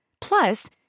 Plus